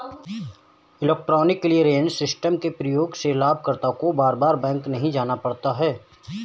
electronic clearance system के प्रयोग से लाभकर्ता को बार बार बैंक नहीं जाना पड़ता है